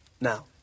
Now